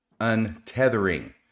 untethering